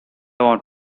want